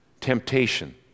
temptation